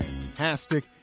fantastic